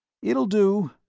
it will do,